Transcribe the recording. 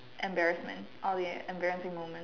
embarrassment all the embarrassing moments